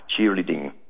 cheerleading